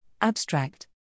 Abstract